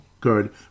good